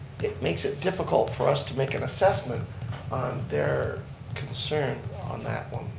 it makes it difficult for us to make an assessment on their concern on that one,